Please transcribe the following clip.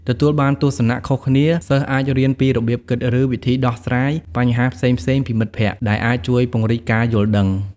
ទទួលបានទស្សនៈខុសគ្នាសិស្សអាចរៀនពីរបៀបគិត ឬវិធីសាស្រ្តដោះស្រាយបញ្ហាផ្សេងៗពីមិត្តភក្តិ ដែលអាចជួយពង្រីកការយល់ដឹង។